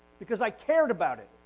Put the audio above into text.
because i cared about it.